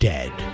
Dead